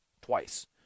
twice